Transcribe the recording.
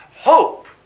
hope